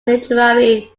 literary